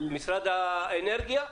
משרד האנרגיה?